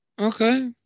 Okay